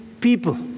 people